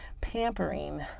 pampering